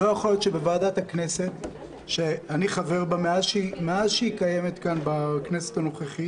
לא יכול להיות שבוועדת הכנסת שאני חבר בה מאז שהיא קיימת בכנסת הנוכחית